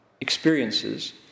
experiences